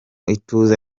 ituze